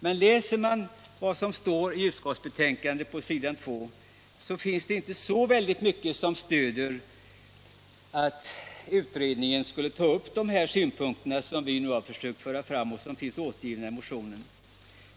Men läser man vad som står i utskottsbetänkandet på s. 2, så finner man inte så särskilt mycket som stöder antagandet att utredningen skulle ta upp de synpunkter som vi nu har försökt föra fram och som finns återgivna i motionen.